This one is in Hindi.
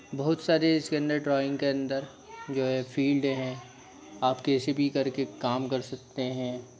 बहुत सारे इसके अंदर ड्रॉइंग के अंदर जो हैं फ़ील्ड हैं आप कैसे भी करके कम कर सकते हैं